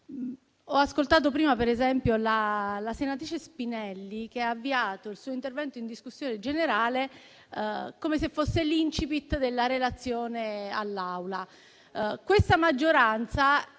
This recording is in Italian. ho ascoltato prima per esempio la senatrice Spinelli, che ha avviato il suo intervento in discussione generale come se fosse l'*incipit* della relazione all'Aula. Questa maggioranza